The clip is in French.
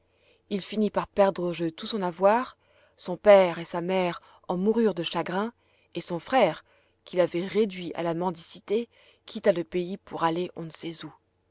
il finit par perdre au jeu tout son avoir son père et sa mère en moururent de chagrin et son frère qu'il avait réduit à la mendicité quitta le pays pour aller on ne sait où